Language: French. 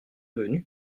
venus